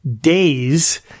days